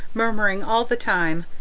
murmuring all the time,